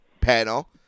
panel